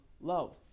love